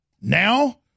Now